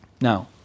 Now